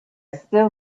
still